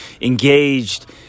engaged